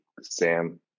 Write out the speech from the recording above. Sam